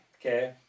Okay